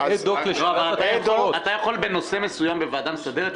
אבל אד-הוק לסל התרופות.